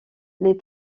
les